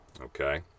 okay